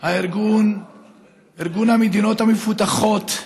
ארגון המדינות המפותחות,